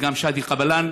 וגם שאדי קבלאן.